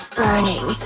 burning